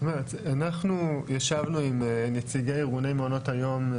אנחנו ישבנו עם נציגי ארגוני מעונות היום.